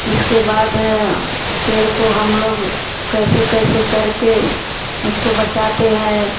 इसके बाद पेड़ को हम लोग कैसे कैसे करके उसको बचाते हैं